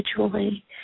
individually